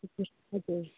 हजुर हजुर